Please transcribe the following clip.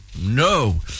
No